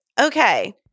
Okay